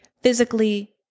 physically